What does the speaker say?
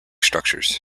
structures